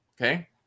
okay